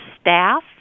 staff